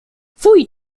pfui